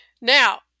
Now